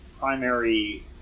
primary